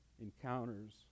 encounters